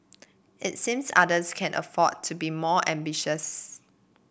it seems others can afford to be more ambitious